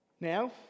Now